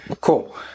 cool